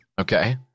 Okay